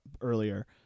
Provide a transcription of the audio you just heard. earlier